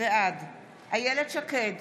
בעד אילת שקד,